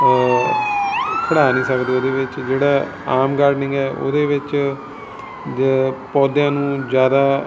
ਖੜ੍ਹਾ ਨਹੀਂ ਸਕਦੇ ਉਹਦੇ ਵਿੱਚ ਜਿਹੜਾ ਆਮ ਗਾਰਡਨਿੰਗ ਹੈ ਉਹਦੇ ਵਿੱਚ ਪੌਦਿਆਂ ਨੂੰ ਜ਼ਿਆਦਾ